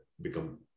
become